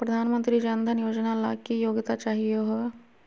प्रधानमंत्री जन धन योजना ला की योग्यता चाहियो हे?